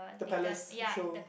the Palace show